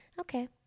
Okay